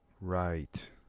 Right